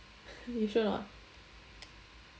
you sure or not